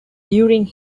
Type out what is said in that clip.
during